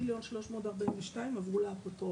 ו-21,342,000 עברו לאפוטרופוס.